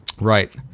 Right